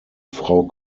frau